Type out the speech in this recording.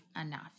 enough